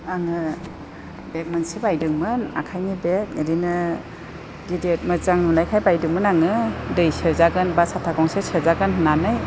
आङो बेग मोनसे बायदोंमोन आखाइनि बेग बेदिनो गिदिर मोजां नुनायखाय बायदोंमोन आङो दै सोजागोन एबा साथा गंसे सोजागोन होननानै